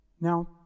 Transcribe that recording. now